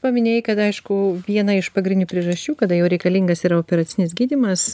paminėjai kad aišku viena iš pagrindinių priežasčių kada jau reikalingas yra operacinis gydymas